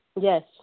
Yes